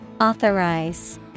Authorize